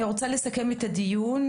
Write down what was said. אני רוצה לסכם את הדיון,